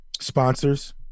Sponsors